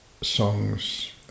songs